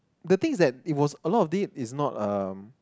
the thing is that it was a lot of it is not um